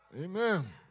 Amen